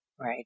Right